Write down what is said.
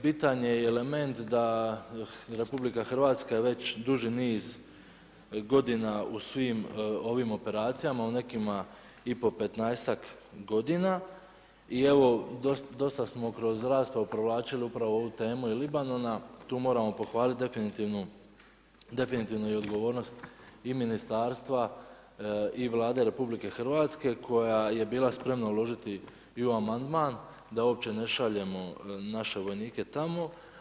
Bitan je element da RH već duži niz godina u svim ovim operacijama u nekim i po 15-tak godina i evo, dosta smo kroz raspravu povlačili upravo ovu temu i Libanona, tu moramo pohvaliti definitivno i odgovornosti i ministarstva i Vlade RH, koja je bila spremna uložiti i u amandman, da uopće ne šaljemo naše vojnike tamo.